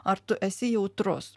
ar tu esi jautrus